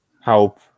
help